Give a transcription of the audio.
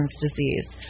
disease